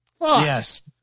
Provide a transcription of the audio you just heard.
Yes